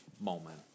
moment